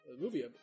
movie